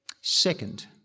Second